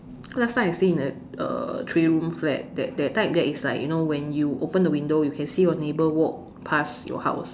because last time I stay in a uh three room flat that that type that is like you know when you open the window you can see your neighbor walk pass your house